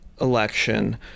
election